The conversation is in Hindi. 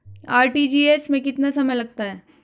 आर.टी.जी.एस में कितना समय लगता है?